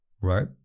right